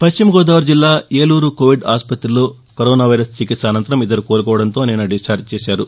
పశ్చిమగోదావరి జిల్లా ఏలూరు కోవిడ్ ఆసుపత్రిలో corona virus చికిత్స అనంతరం ఇద్దరు కోలుకోవడంతో నిన్న డిశ్చార్డ్ చేశారు